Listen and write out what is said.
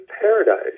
paradise